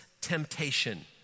temptation